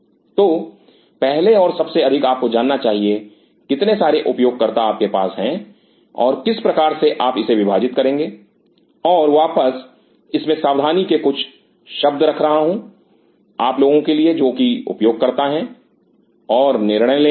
Refer Time 1948 तो पहले और सबसे अधिक आपको जानना चाहिए कितने सारे उपयोगकर्ता आपके पास हैं और किस प्रकार से आप इसे विभाजित करेंगे और वापस इसमें सावधानी के कुछ शब्द रख रहा हूं आप लोगों के लिए जो कि उपयोगकर्ता हैं और निर्णय लेंगे